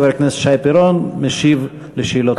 שר החינוך חבר הכנסת שי פירון משיב על שאלות נוספות.